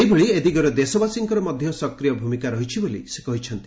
ସେହିଭଳି ଏ ଦିଗରେ ଦେଶବାସୀଙ୍କର ମଧ୍ୟ ସକ୍ରିୟ ଭୂମିକା ରହିଛି ବୋଲି ସେ କହିଛନ୍ତି